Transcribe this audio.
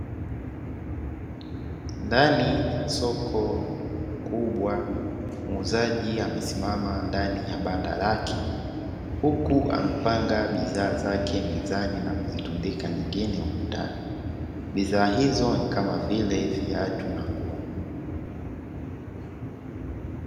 Ndani ya soko kubwa muuzaji amesimama ndani ya banda lake, huku amepanga bidhaa zake mezani na kuzitundika nyingine ukutani, bidhaa hizo ni kama vile viatu na nguo.